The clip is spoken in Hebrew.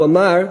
הוא אמר: